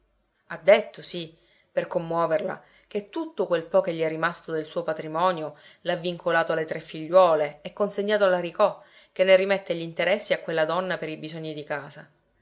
ha detto sì per commuoverla che tutto quel po che gli è rimasto del suo patrimonio l'ha vincolato alle tre figliuole e consegnato all'aricò che ne rimette gl'interessi a quella donna per i bisogni di casa